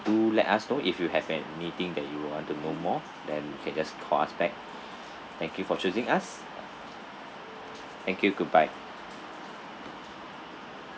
do let us know if you have anything that you want to know more then you can just call us back thank you for choosing us thank you goodbye